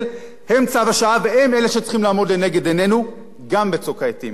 הם צו השעה והם אלה שצריכים לעמוד לנגד עינינו גם בצוק העתים.